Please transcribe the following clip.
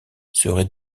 serait